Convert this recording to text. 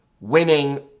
winning